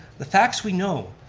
the facts we know,